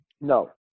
No